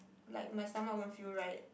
like my stomach won't feel right